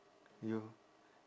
you